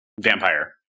Vampire